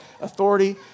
authority